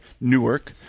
Newark